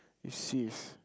cease